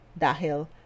Dahil